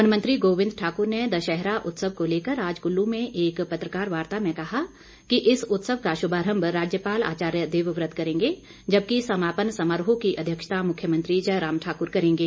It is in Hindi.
वन मंत्री गोविंद ठाकुर ने दशहरा उत्सव को लेकर आज कुल्लू में एक पत्रकार वार्ता में कहा कि इस उत्सव का शुभारंभ राज्यपाल आचार्य देवव्रत करेंगे जबकि समापन समारोह की अध्यक्षता मुख्यमंत्री जयराम ठाकुर करेंगे